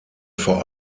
vor